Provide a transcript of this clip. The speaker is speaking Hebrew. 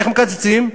איך מקצצים?